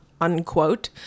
unquote